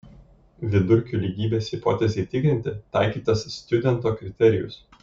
vidurkių lygybės hipotezei tikrinti taikytas stjudento kriterijus